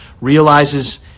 realizes